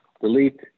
delete